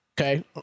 Okay